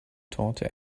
torte